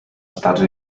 estats